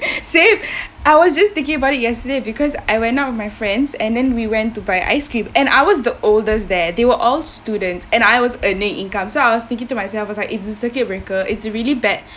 same I was just thinking about it yesterday because I went out with my friends and then we went to buy ice cream and I was the oldest there they were all students and I was earning incomes so I was thinking to myself cause like it is circuit breaker it's really bad